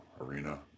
arena